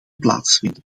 plaatsvinden